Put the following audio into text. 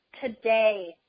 today